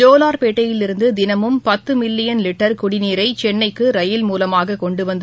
ஜோவார்பேட்டையிலிருந்துதினமும் பத்துமில்லியன் லிட்டர் குடிநீரைசென்னைக்குரயில் மூலமாகக் கொண்டுவந்து